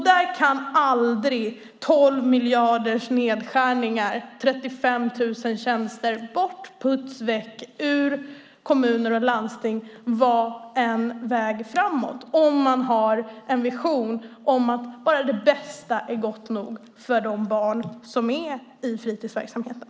Där kan aldrig 12 miljarders nedskärningar och 35 000 borttagna tjänster i kommuner och landsting vara en väg framåt - inte om man har en vision om att bara det bästa är gott nog för de barn som är i fritidsverksamheten.